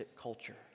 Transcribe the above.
culture